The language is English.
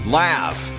laugh